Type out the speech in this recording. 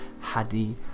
Hadi